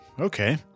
Okay